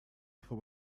upper